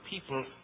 people